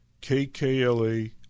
K-K-L-A